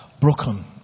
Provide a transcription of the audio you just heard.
broken